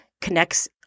connects